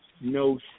no